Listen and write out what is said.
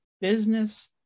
business